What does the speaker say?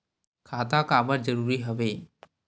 खाता का बर जरूरी हवे?